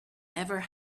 never